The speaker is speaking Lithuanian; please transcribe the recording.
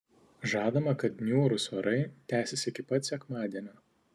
žadama kad niūrūs orai tęsis iki pat sekmadienio